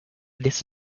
this